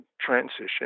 transition